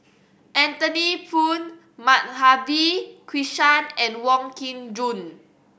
Anthony Poon Madhavi Krishnan and Wong Kin Jong